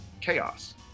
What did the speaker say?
chaos